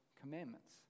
commandments